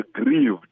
aggrieved